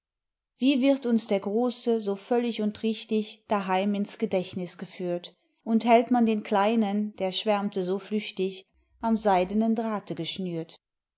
wie wird uns der große so völlig und richtig daheim ins gedächtnis geführt und hält man den kleinen der schwärmte so flüchtig am seidenen drahte geschnürt